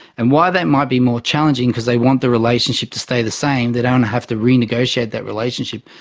and while that might be more challenging, because they want the relationship to stay the same, they don't want to have to renegotiate that relationship,